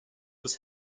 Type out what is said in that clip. was